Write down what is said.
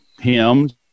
hymns